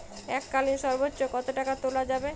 এককালীন সর্বোচ্চ কত টাকা তোলা যাবে?